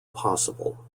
possible